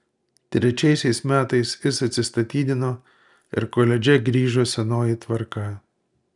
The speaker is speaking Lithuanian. trečiaisiais metais jis atsistatydino ir koledže grįžo senoji tvarka